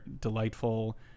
delightful